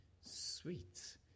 sweet